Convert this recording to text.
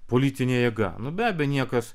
politinė jėga nu be abejo niekas